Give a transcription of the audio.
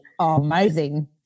amazing